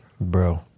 Bro